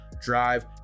drive